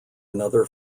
another